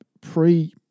Pre